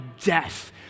death